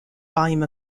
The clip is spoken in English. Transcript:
volume